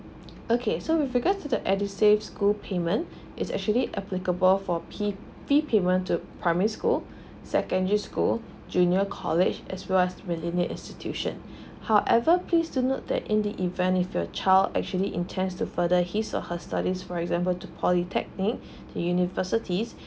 okay so with regards to the edusave school payment is actually applicable for P_V payment to primary school secondary school junior college as well as millennial institution however please to note that in the event if your child actually intends to further his or her study for example to polytechnic the universities